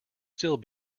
still